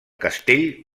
castell